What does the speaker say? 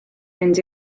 mynd